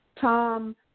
Tom